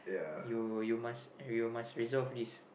you you must you must resolve this